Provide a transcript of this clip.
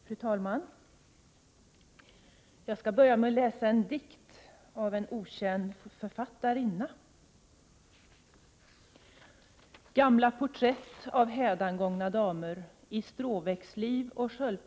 Fru talman! Jag skall börja med att läsa en dikt av en okänd författarinna.